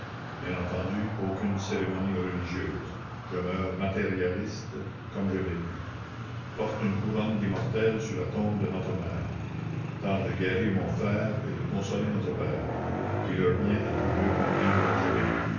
bien entendu aucune cérémonie religieuse je meurs matérialiste comme j'ai vécu porte une couronne d'immortelles sur la tombe de notre mère tâche de guérir mon frère et de consoler notre père dis-leur bien à tous deux combien je les aimais